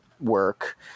work